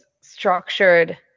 structured